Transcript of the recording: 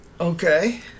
Okay